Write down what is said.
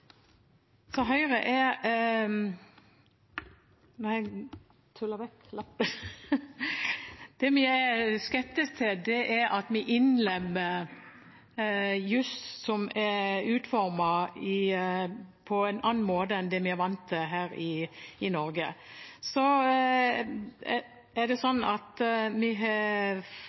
Det vi er skeptisk til, er at vi innlemmer juss som er utformet på en annen måte enn det vi er vant til her i Norge.